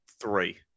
three